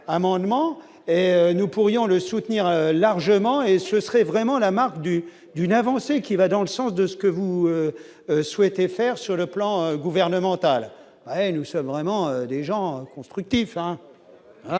et nous pourrions le soutenir largement et ce serait vraiment la marque du d'une avancée qui va dans le sens de ce que vous souhaitez faire sur le plan gouvernemental, nous sommes vraiment des gens constructif.